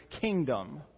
kingdom